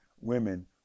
women